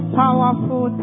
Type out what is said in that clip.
powerful